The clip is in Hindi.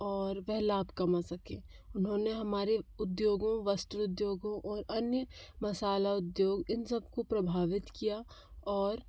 और वह लाख कमा सकें उन्होंने हमारे उद्योगों वस्त्र उद्योगों और अन्य मसाला उद्योग इन सब को प्रभावित किया और